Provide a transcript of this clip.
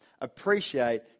appreciate